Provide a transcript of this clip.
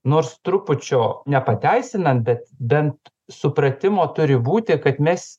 nors trupučio nepateisinant bet bent supratimo turi būti kad mes